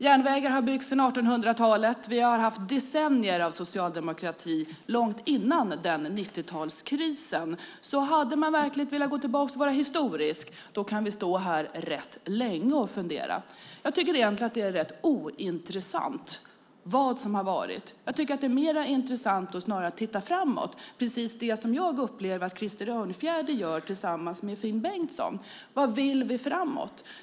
Järnvägar har byggts sedan 1800-talet, och vi har haft decennier av socialdemokrati långt innan den 1990-talskrisen. Vill man verkligen gå tillbaka och vara historisk kan vi alltså stå här rätt länge och fundera. Jag tycker egentligen att det är rätt ointressant vad som har varit. Jag tycker att det är mer intressant att titta framåt, precis det som jag upplever att Krister Örnfjäder gör tillsammans med Finn Bengtsson. Vad vill vi framåt?